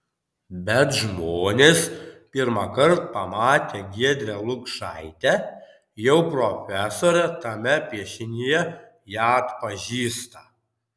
bet žmonės pirmąkart pamatę giedrę lukšaitę jau profesorę tame piešinyje ją atpažįsta